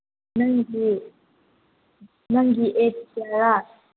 ꯅꯪꯁꯤ ꯅꯪꯒꯤ